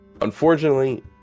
Unfortunately